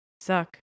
Suck